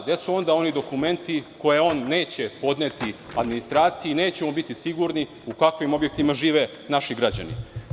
Gde su onda oni dokumenti koje on neće podneti administraciji i nećemo biti sigurni u kakvim objektima žive naši građani?